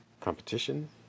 competition